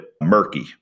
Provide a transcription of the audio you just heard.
murky